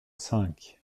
cinq